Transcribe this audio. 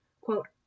Quote